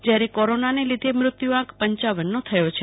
જ્યારે કોરોનાને લીધે મૃત્યુ આંક પપ થયો છે